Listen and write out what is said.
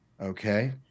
Okay